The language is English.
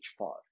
h5